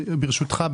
ברשותך,